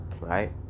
right